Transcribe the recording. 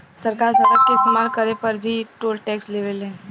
सरकार सड़क के इस्तमाल करे पर भी टोल टैक्स लेवे ले